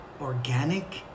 organic